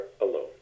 alone